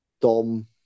Dom